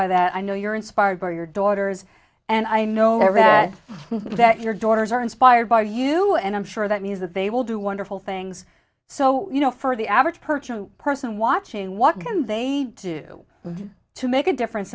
by that i know you're inspired by your daughters and i know that your daughters are inspired by you and i'm sure that means that they will do wonderful things so you know for the average purchase person watching what can they do to make a difference